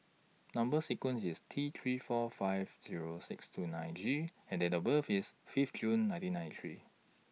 Number sequence IS T three four five Zero six two nine G and Date of birth IS Fifth June nineteen ninety three